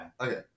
Okay